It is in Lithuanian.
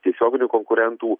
tiesioginių konkurentų